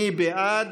מי בעד?